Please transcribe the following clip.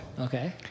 Okay